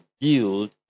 build